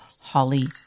HOLLY